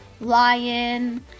lion